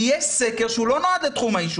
כי יש סקר שלא נועד לתחום העישון,